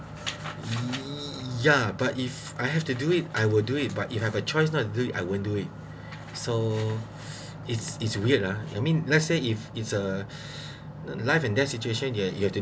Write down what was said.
ya but if I have to do it I will do it but if have a choice not do it I won't do it so it's it's weird lah I mean let's say if it's a life and death situation you you have to